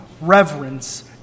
reverence